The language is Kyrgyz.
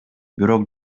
бирок